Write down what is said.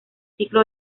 ciclo